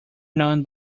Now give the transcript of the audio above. known